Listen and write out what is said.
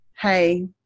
hey